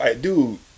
Dude